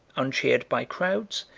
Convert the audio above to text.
uncheered by crowds,